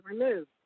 removed